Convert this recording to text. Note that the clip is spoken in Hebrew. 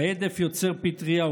ההדף יוצר פטרייה,